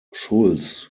schulz